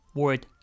word